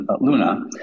Luna